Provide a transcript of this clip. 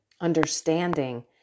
understanding